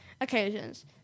occasions